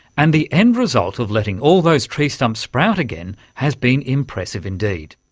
and the end result of letting all those tree stumps sprout again has been impressive indeed.